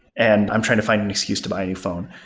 and i'm trying to find an excuse to buy a new phone.